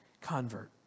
convert